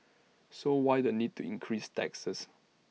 so why the need to increase taxes